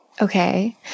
Okay